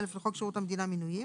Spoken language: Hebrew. לחוק שירות המדינה (מינויים)"